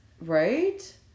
Right